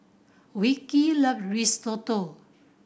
Vickey loves Risotto